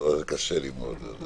זה קשה לי מאוד...